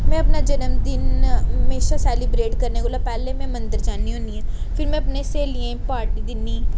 में अपना जनमदिन उप्पर म्हेशां सैलीव्रेट करने कोलां पैह्ले में मंदर जानी होन्नी आं फिर में अपने स्हेलियें गी पार्टी दिन्नी